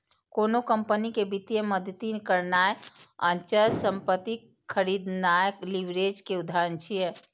कोनो कंपनी कें वित्तीय मदति करनाय, अचल संपत्ति खरीदनाय लीवरेज के उदाहरण छियै